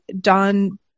Don